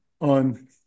on